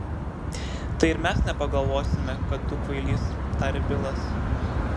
tai ir mes nepagalvosime kad tu kvailys tarė bilas